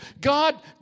God